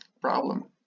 problem